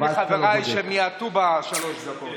חברי הכנסת,